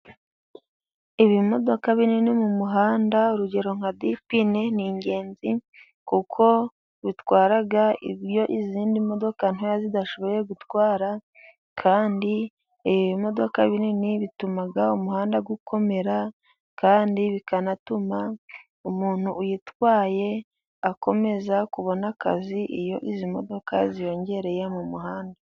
Ibimodoka binini mu muhanda, urugero nka dipine ni ingenzi kuko bitwaraga ibyo izindi modoka ntoya zidashoboye gutwara, kandi ibi bimodoka binini bituma umuhanda ukomera kandi bikanatuma umuntu uyitwaye akomeza kubona akazi iyo izi modoka ziyongereye mu muhanda.